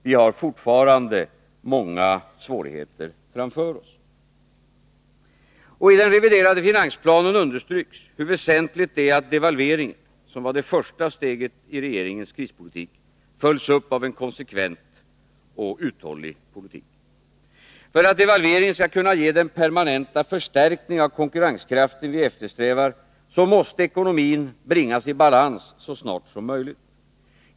Vi har fortfarande många svårigheter framför oss. I den reviderade finansplanen understryks hur väsentligt det är att devalveringen — som var det första steget i regeringens krispolitik — följs upp av en konsekvent och uthållig politik. För att devalveringen skall kunna ge den permanenta förstärkning av konkurrenskraften vi eftersträvar måste ekonomin bringas i balans så snart som möjligt.